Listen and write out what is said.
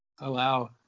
allow